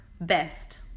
Best